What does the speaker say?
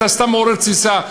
סתם מעורר תסיסה.